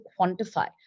quantify